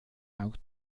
auch